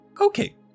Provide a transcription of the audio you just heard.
Okay